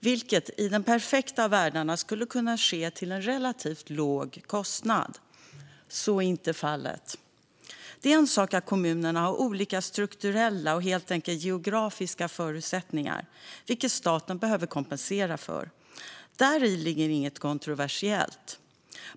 vilket i den perfekta av världar skulle kunna ske till en relativt låg kostnad. Men så är inte fallet. Det är en sak att kommunerna har olika strukturella och geografiska förutsättningar, vilket staten behöver kompensera för. Däri ligger inget kontroversiellt.